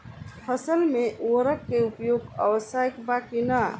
फसल में उर्वरक के उपयोग आवश्यक बा कि न?